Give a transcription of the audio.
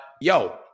yo